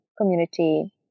community